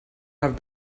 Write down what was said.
have